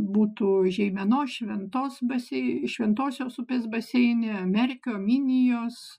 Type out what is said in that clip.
būtų žeimenos šventos basei šventosios upės baseine merkio minijos